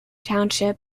township